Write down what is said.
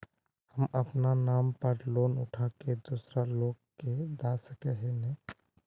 हम अपना नाम पर लोन उठा के दूसरा लोग के दा सके है ने